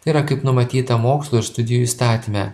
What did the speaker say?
tai yra kaip numatyta mokslo ir studijų įstatyme